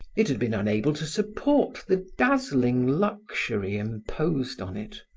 it had been unable to support the dazzling luxury imposed on it,